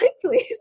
Please